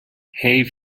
حیف